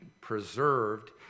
preserved